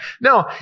No